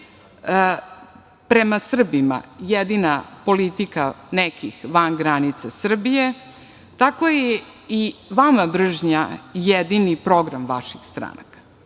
prema Srbima jedina politika nekih van granica Srbije, tako je i vama mržnja jedini program vaših stranaka,